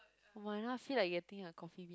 !wah! I now feel like getting a coffee-bean